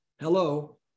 Hello